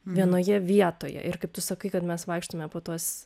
vienoje vietoje ir kaip tu sakai kad mes vaikštome po tuos